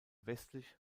westlich